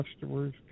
customers